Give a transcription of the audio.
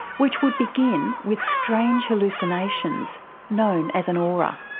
which would begin with strange hallucinations known as an aura.